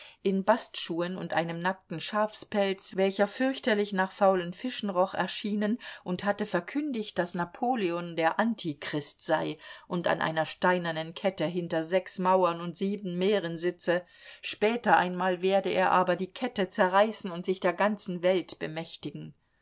in bastschuhen und einem nackten schafspelz welcher fürchterlich nach faulen fischen roch erschienen und hatte verkündigt daß napoleon der antichrist sei und an einer steinernen kette hinter sechs mauern und sieben meeren sitze später einmal werde er aber die kette zerreißen und sich der ganzen welt bemächtigen